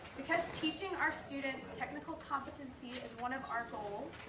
because teaching our students technical competency is one of our goals,